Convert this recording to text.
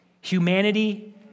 humanity